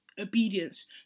obedience